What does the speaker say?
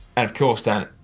and of course, dan,